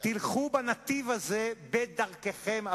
תלכו בנתיב הזה בדרככם.